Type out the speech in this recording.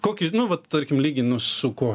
kokį nu vat tarkim lyginu su kuo